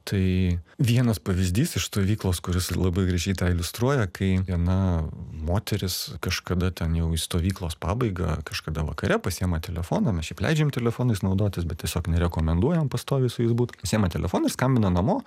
tai vienas pavyzdys iš stovyklos kuris labai gražiai tą iliustruoja kai viena moteris kažkada ten jau į stovyklos pabaigą kažkada vakare pasiima telefoną mes šiaip leidžiam telefonais naudotis bet tiesiog nerekomenduojam pastoviai su jais būt pasiima telefoną ir skambina namo